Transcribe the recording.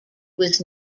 was